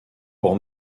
pour